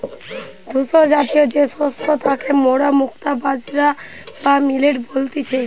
ধূসরজাতীয় যে শস্য তাকে মোরা মুক্তা বাজরা বা মিলেট বলতেছি